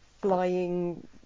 flying